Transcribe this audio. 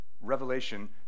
Revelation